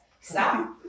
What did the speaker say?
Stop